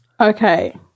Okay